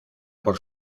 por